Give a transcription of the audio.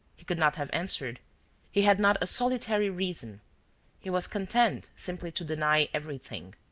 he could not have answered he had not a solitary reason he was content simply to deny everything.